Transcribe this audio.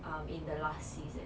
um in the last season